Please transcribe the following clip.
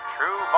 True